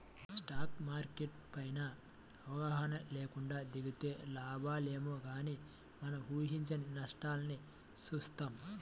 stock market పైన అవగాహన లేకుండా దిగితే లాభాలేమో గానీ మనం ఊహించని నష్టాల్ని చూత్తాం